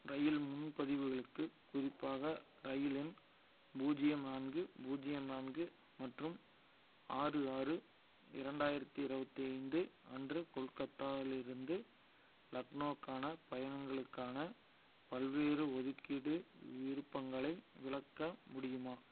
ரயில் முன்பதிவுகளுக்கு குறிப்பாக ரயில் எண் பூஜ்ஜியம் நான்கு பூஜ்ஜியம் நான்கு மற்றும் ஆறு ஆறு இரண்டாயிரத்தி இருபத்தி ஐந்து அன்று கொல்கத்தா இலிருந்து லக்னோக்கான பயணங்களுக்கான பல்வேறு ஒதுக்கீட்டு விருப்பங்களை விளக்க முடியுமா